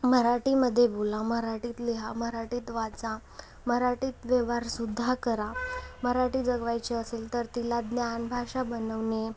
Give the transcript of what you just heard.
मराठीमध्ये बोला मराठीत लिहा मराठी वाचा मराठीत व्यवहार सुद्धा करा मराठी जगवायची असेल तर तिला ज्ञानभाषा बनवणे